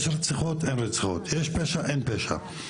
יש רציחות, אין רציחות, יש פשע, אין פשע.